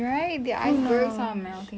even the bears are